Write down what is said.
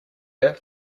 air